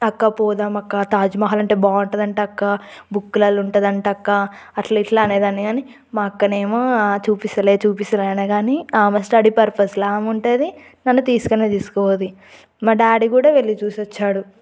అక్క పోదామక్క తాజ్మహల్ అంటే బాగుంటుంది అంట అక్క బుక్లలో ఉంటుంది అంట అక్క అట్లా ఇట్లా అనేదాన్ని కాని మా అక్కనేమో ఆ చూపిస్తలేదు చూపిస్తాననే కాని ఆమె స్టడీ పర్పస్లో ఆమే ఉంటుంది నన్ను తీసుకునే తీసుకపోదు మా డాడీ కూడా వెళ్ళి చూసి వచ్చాడు